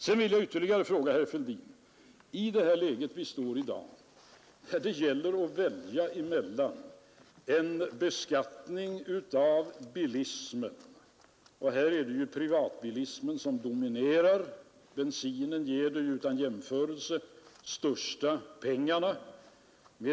Sedan vill jag fråga herr Fälldin hur han i dag ställer sig till beskattning av bilismen. Privatbilismen, som är den dominerande grenen, expanderar, och bensinen ger utan jämförelse mest pengar.